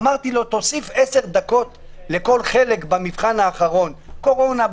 אמרתי לו: תוסיף עשר דקות לכל חלק במבחן האחרון קורונה,